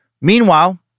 Meanwhile